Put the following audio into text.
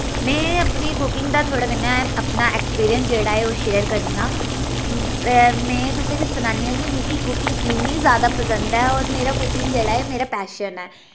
में अपनी कुकिंग दा थुआढ़े कन्नै अपना एक्सपीरियंस जेह्ड़ा ऐ ओह् शेयर करनी आं में तुसें गी सनान्नी आं के मिकी कुकिंग इन्नी ज्यादा पसिंद ऐ और मेरा कुकिंग जेह्ड़ा ऐ मेरा पैशन ऐ